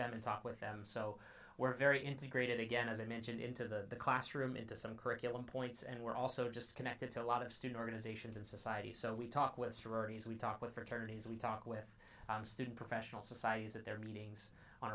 them and talk with them so we're very integrated again as i mentioned into the classroom into some curriculum points and we're also just connected to a lot of student organizations and society so we talk with sororities we talk with attorneys we talk with student professional societies at their meetings on